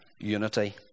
unity